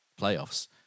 playoffs